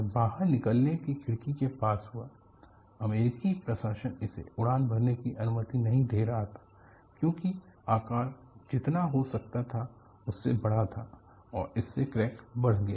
यह बाहर निकलने की खिड़की के पास हुआ अमेरिकी प्रशासन इसे उड़ान भरने की अनुमति नहीं दे रहा था क्योंकि आकार जितना हो सकता था उससे बड़ा था और इससे क्रैक बढ गया